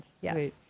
Yes